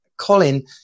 Colin